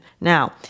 Now